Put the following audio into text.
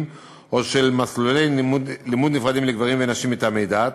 או של מסלולי לימוד נפרדים לגברים ולנשים מטעמי דת,